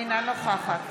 אינה נוכחת